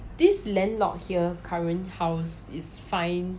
eh this landlord here current house is fine